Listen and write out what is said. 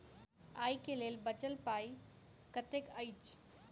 आइ केँ लेल बचल पाय कतेक अछि?